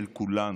של כולנו,